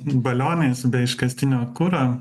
balionais be iškastinio kuro